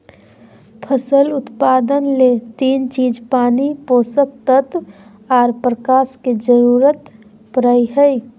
फसल उत्पादन ले तीन चीज पानी, पोषक तत्व आर प्रकाश के जरूरत पड़ई हई